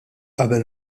qabel